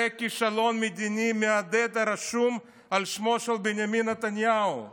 זה כישלון מדיני מהדהד הרשום על שמו של בנימין נתניהו,